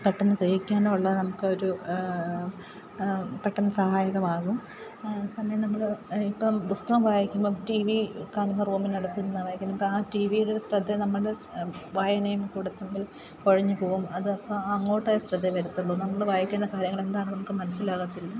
പെട്ടെന്ന് ഗ്രഹിക്കാനുള്ള നമുക്ക് ഒരു പെട്ടെന്ന് സഹായകമാകും ആ സമയം നമ്മള് ഇപ്പോള് പുസ്തകം വായിക്കുമ്പോള് ടി വി കാണുന്ന റൂമിനടുത്ത് നിന്ന വായിക്കിന്നെ ആ ടി വിയില് ശ്രദ്ധ നമ്മുടെ വായനയും കൂടെ തമ്മിൽ കുഴഞ്ഞു പോകും അത് അപ്പോള് ആ അങ്ങോട്ടെ ശ്രദ്ധ വരുത്തുള്ളൂ നമ്മള് വായിക്കുന്നെ കാര്യങ്ങള് എന്താണെന്ന് നമുക്കു മനസ്സിലാകത്തില്ല